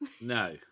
no